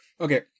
okay